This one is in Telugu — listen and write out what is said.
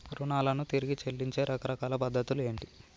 రుణాలను తిరిగి చెల్లించే రకరకాల పద్ధతులు ఏంటి?